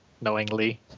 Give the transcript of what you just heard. knowingly